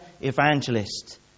evangelist